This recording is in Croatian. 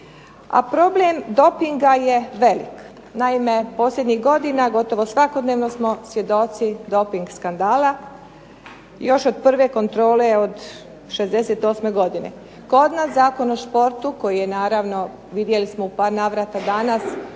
A problem dopinga je velik, naime, posljednjih godina gotovo svakodnevno smo svjedoci doping skandala još od prve kontrole 68. godine. Kod nas Zakon o športu koji je naravno vidjeli smo u par navrata danas,